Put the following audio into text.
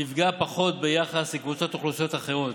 נפגעה פחות ביחס לקבוצות אוכלוסייה אחרות.